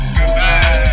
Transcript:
Goodbye